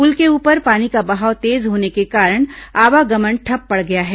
पुल के ऊपर पानी का बहाव तेज होने के कारण आवागमन ठप पड़ गया है